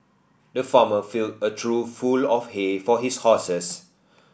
the farmer filled a trough full of hay for his horses